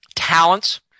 talents